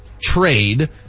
trade